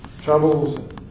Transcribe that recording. troubles